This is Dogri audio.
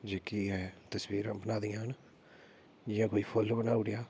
लिखियै तस्वीरां बनाई दियां न जि'यां कोई ऱोल्ल बनाई ओड़ेआ